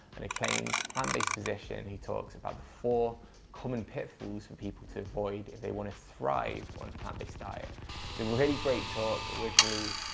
an acclaimed plant-based physician who talks about the four common pitfalls for people to avoid if they wanna thrive on plant based diet. it's a really great talk originally